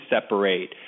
separate